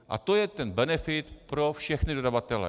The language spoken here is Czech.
A to je ten benefit pro všechny dodavatele.